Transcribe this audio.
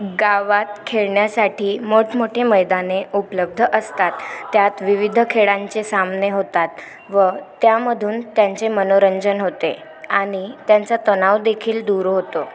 गावात खेळण्यासाठी मोठ मोठे मैदाने उपलब्ध असतात त्यात विविध खेळांचे सामने होतात व त्यामधून त्यांचे मनोरंजन होते आणि त्यांच्या तणाव देखील दूर होतो